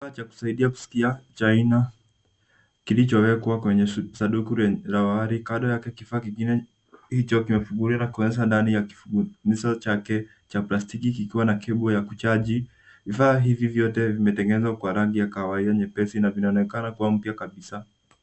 ...cha kusaidia kusikia cha aina kilichowekwa kwenye sanduku la awali. Kando yake kifaa kingine hicho kimefunguliwa na kuonyesha ndani ya kuvumisho chake cha plastiki kikiwa na cable ya kuchaji. Vifaa hivi vyote vimetengenezwa kwa rangi ya kahawia nyepesi na vinaonekana kuwa mpya kabisa.